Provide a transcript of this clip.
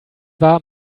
war